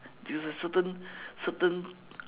due to certain certain